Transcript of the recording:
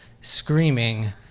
screaming